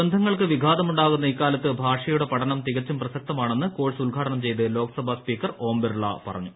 ബന്ധങ്ങൾക്കു വിഘാതമുണ്ടാകുന്ന ഇക്കാലത്ത് ഭാഷയുടെ പഠനം തികച്ചും പ്രസക്തമാണെന്ന് കോഴ്സ് ഉദ്ഘാടനം ചെയ്ത് ലോക്സഭാ സ്പീക്കർ ഓം ബിർള പറഞ്ഞു